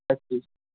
ਅੱਛਾ ਜੀ